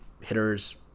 hitter's